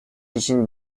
için